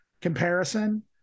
comparison